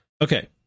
Okay